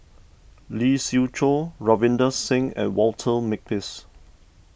Lee Siew Choh Ravinder Singh and Walter Makepeace